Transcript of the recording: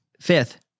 Fifth